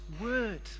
word